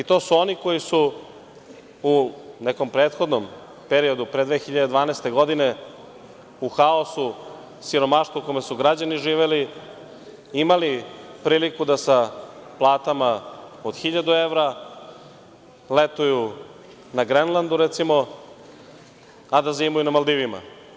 I to su oni koji su u nekom prethodnom periodu, pre 2012. godine, u haosu, siromaštvu u kome su građani živeli, imali priliku da sa platama od hiljadu evra letuju na Grenlandu, recimo, a da zimuju na Maldivima.